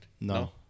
no